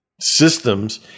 systems